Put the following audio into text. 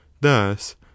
thus